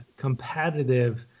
competitive